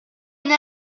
une